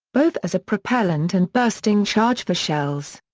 both as a propellent and bursting charge for shells.